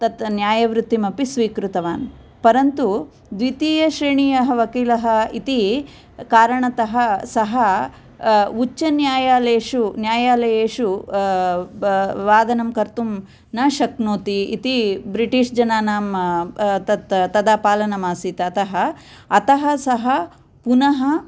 तत् न्यायवृत्तिम् अपि स्वीकृतवान् परन्तु द्वितीय श्रेणियः वकीलः इति कारणतः सः उच्चन्यायालयेषु न्यायालयेषु वादनं कर्तुं न शक्नोति इति ब्रिटिश् जनानां तत् तदा पालनम् आसीत् अतः अतः सः पुनः